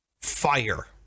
fire